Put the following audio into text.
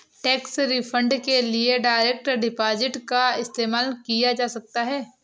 tax refund के लिए direct deposit का इस्तेमाल किया जा सकता हैं